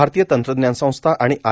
भारतीय तंत्रज्ञान संस्था आणि आय